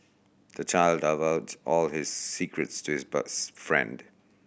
the child divulged all his secrets to his best friend